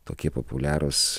tokie populiarūs